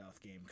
game